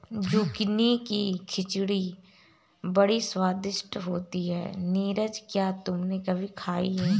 Zucchini की खिचड़ी बड़ी स्वादिष्ट होती है नीरज क्या तुमने कभी खाई है?